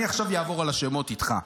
אני עכשיו אעבור על השמות איתך,